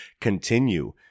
continue